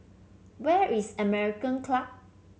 where is American Club